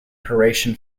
croatian